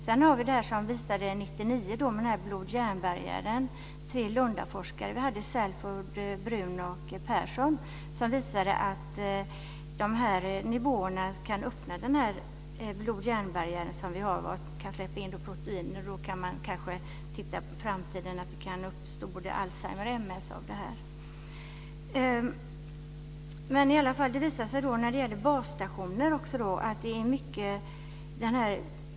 De tre Lundaforskarna Salford, Brun och Persson visade 1999 visade att de höga strålningsnivåerna kan öppna de s.k. blod-järn-barriären som vi människor har. Hjärnan kan släppa in proteiner som i framtiden kan orsaka både alzheimer och MS.